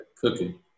cooking